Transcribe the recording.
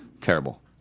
Terrible